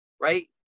right